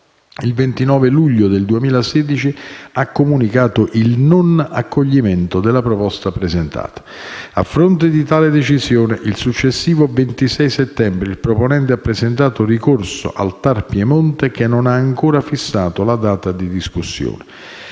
il 29 luglio 2016 ha comunicato il non accoglimento della proposta presentata. A fronte di tale decisione, il successivo 26 settembre il proponente ha presentato ricorso al TAR Piemonte, che non ha ancora fissato la data di discussione.